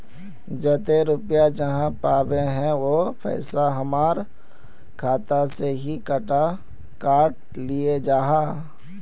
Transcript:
जयते रुपया आहाँ पाबे है उ पैसा हमर खाता से हि काट लिये आहाँ?